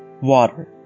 water